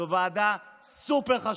זו ועדה סופר-חשובה.